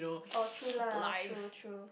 oh true lah true true